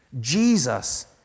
Jesus